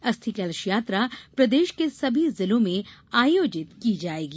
अस्थि कलश यात्रा प्रदेश के सभी जिलों में आयोजित की जायेंगी